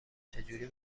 چجوری